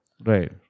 Right